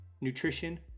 nutrition